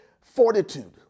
fortitude